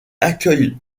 accueille